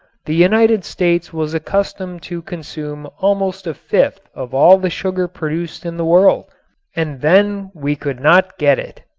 the united states was accustomed to consume almost a fifth of all the sugar produced in the world and then we could not get it.